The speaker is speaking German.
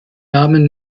namen